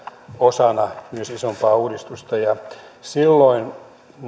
osana myös isompaa uudistusta silloin